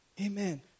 Amen